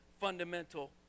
fundamental